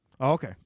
okay